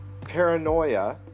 paranoia